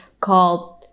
called